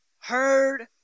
heard